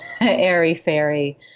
airy-fairy